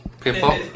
People